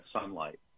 sunlight